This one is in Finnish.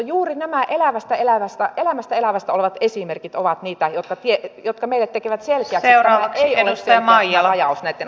juuri nämä elävästä elämästä olevat esimerkit ovat niitä jotka meille tekevät selkeäksi sen että ei ole selkeä tämä rajaus näitten asioitten kohdalla